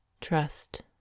Trust